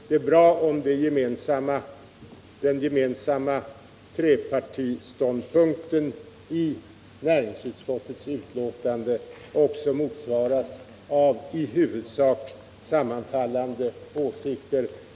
Det är bra om den gemensamma trepartiståndpunkten i näringsutskottets betänkande också motsvaras av i huvudsak sammanfallande åsikter.